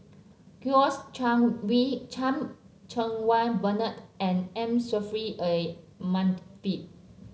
Kouo Chan We Chan Cheng Wah Bernard and M Saffri A Manaf